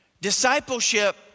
discipleship